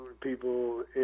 people